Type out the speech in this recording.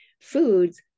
foods